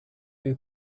who